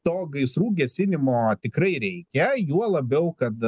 to gaisrų gesinimo tikrai reikia juo labiau kad